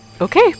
Okay